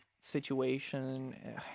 situation